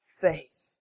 faith